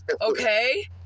okay